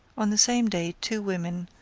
on the same day two women,